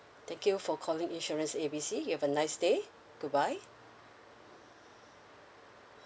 thank you for calling insurance A B C you have a nice day goodbye